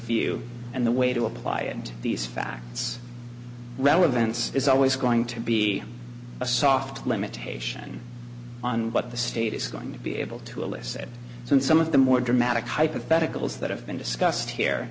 review and the way to apply and these facts relevance is always going to be a soft limitation on what the state is going to be able to elicit and some of the more dramatic hypotheticals that have been discussed